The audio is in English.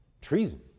treason